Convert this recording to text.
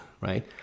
right